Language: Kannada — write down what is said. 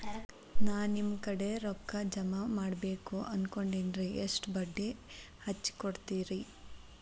ನಾ ನಿಮ್ಮ ಕಡೆ ರೊಕ್ಕ ಜಮಾ ಮಾಡಬೇಕು ಅನ್ಕೊಂಡೆನ್ರಿ, ಎಷ್ಟು ಬಡ್ಡಿ ಹಚ್ಚಿಕೊಡುತ್ತೇರಿ?